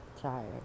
tired